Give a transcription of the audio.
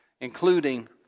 including